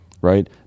right